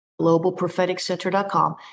GlobalPropheticCenter.com